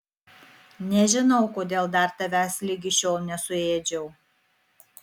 nežinau kodėl dar tavęs ligi šiol nesuėdžiau